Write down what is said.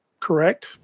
correct